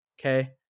Okay